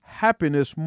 happiness